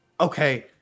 Okay